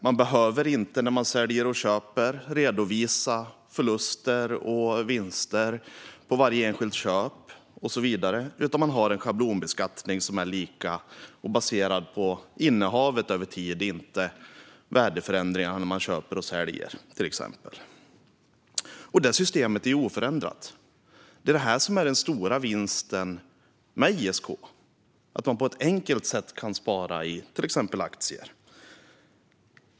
Man behöver inte när man säljer och köper redovisa förluster och vinster på varje enskilt köp och så vidare, utan man har en schablonbeskattning som är lika och baserad på innehavet över tid och inte värdeförändringarna när man till exempel köper och säljer. Det systemet är oförändrat. Det här är den stora vinsten med ISK, att man på ett enkelt sätt kan spara i till exempel aktier.